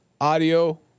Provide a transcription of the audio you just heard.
audio